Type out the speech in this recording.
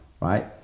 right